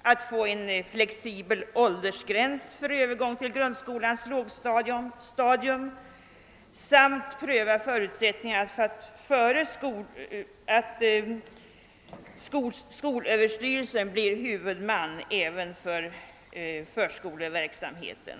och att få en flexibel åldersgräns för övergång till grundskolans lågstadium samt att pröva förutsättningarna för att skolöverstyrelsen blir huvudman även för förskoleverksamheten.